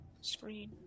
screen